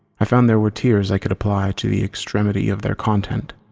i found there were tiers i could apply to the extremity of their content.